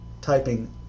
typing